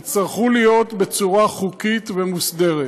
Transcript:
תצטרך להיות בצורה חוקית ומוסדרת.